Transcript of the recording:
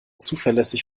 zuverlässig